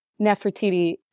Nefertiti